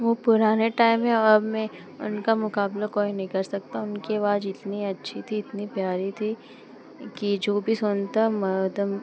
वह पुराने टाइम में और अब में उनका मुक़ाबला कोई नहीं कर सकता उनकी आवाज़ इतनी अच्छी थी इतनी प्यारी थी कि जो भी सुनता मा दम